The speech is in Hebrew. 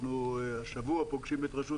אנחנו השבוע פוגשים את רשות